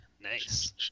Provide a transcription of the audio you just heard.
Nice